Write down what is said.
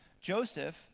Joseph